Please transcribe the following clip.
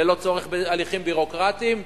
ללא צורך בהליכים ביורוקרטיים.